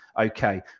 okay